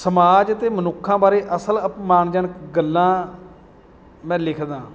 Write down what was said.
ਸਮਾਜ ਅਤੇ ਮਨੁੱਖਾਂ ਬਾਰੇ ਅਸਲ ਅਪਮਾਨਜਨਕ ਗੱਲਾਂ ਮੈਂ ਲਿੱਖਦਾ